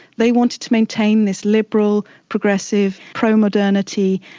they wanted to maintain this liberal, progressive, pro-modernity,